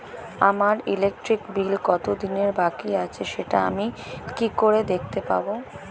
আমার electric bill কত দিনের বাকি আছে সেটা আমি কি করে দেখতে পাবো?